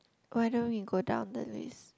why don't we go down the list